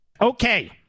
Okay